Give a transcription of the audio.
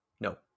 No